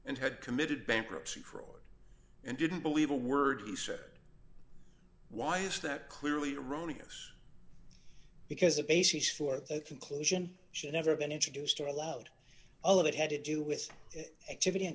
and had committed bankruptcy fraud and didn't believe a word he said why is that clearly erroneous because the basis for the conclusion should never been introduced or allowed all of it had to do with activity and